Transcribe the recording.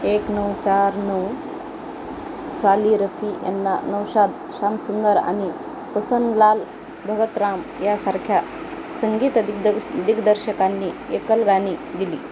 एक नऊ चार नऊसाली रफी यांना नौशाद श्यामसुंदर आणि प्रसनलाल भगतराम ह्यासारख्या संगीत दिग्द दिग्दर्शकांनी एकल गाणी दिली